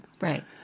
Right